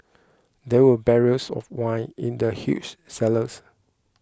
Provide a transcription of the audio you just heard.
there were barrels of wine in the huge cellars